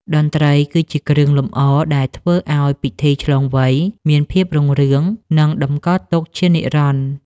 តន្ត្រីគឺជាគ្រឿងលម្អដែលធ្វើឱ្យពិធីឆ្លងវ័យ មានភាពរុងរឿង និងតម្កល់ទុកជានិរន្តរ៍។